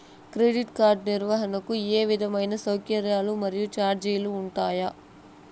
Credit card నిర్వహణకు ఏ విధమైన సౌకర్యాలు మరియు చార్జీలు ఉంటాయా?